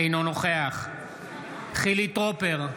אינו נוכח חילי טרופר,